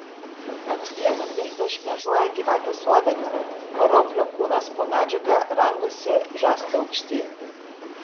ant vieno dilbio šmėžuoja gyvatės uodega o roplio kūnas po medžiaga rangosi žastu aukštyn